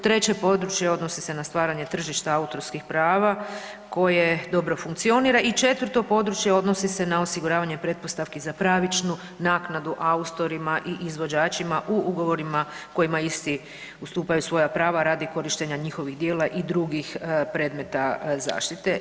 Treće područje odnosi se na stvaranje tržišta autorskih prava koje dobro funkcionira i četvrto područje odnosi se na osiguravanje pretpostavki za pravičnu naknadu autorima i izvođačima u ugovorima kojima isti ustupaju svoja prava radi korištenja njihovih djela i drugih predmeta zaštite.